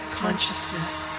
consciousness